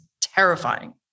terrifying